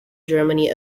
germany